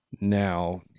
now